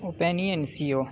opinion C O